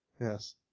Yes